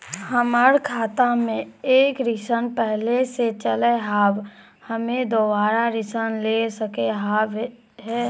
हमर खाता मे एक ऋण पहले के चले हाव हम्मे दोबारा ऋण ले सके हाव हे?